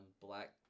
Black